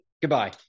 goodbye